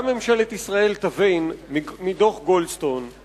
ממשלת ישראל תבין מדוח גולדסטון הוא